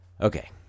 Okay